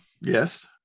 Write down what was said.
Yes